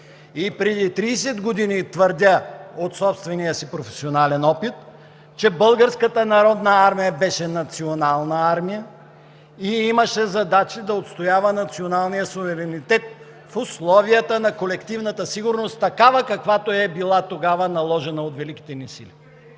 И преди 30 години – твърдя от собствения си професионален опит, че Българската народна армия беше национална армия и имаше за задача да отстоява националния суверенитет в условията на колективната сигурност, каквато тогава ни е била наложена от Великите сили.